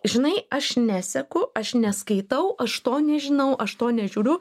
žinai aš neseku aš neskaitau aš to nežinau aš to nežiūriu